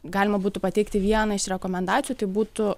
galima būtų pateikti vieną iš rekomendacijų tai būtų